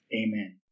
Amen